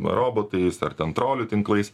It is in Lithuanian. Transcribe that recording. robotais ar ten trolių tinklais